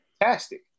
fantastic